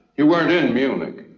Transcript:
you weren't in munich.